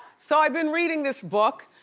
so i've been reading this book.